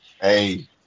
Hey